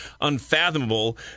unfathomable